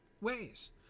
ways